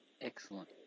Excellent